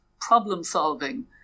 problem-solving